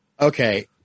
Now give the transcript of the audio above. Okay